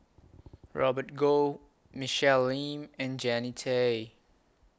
Robert Goh Michelle Lim and Jannie Tay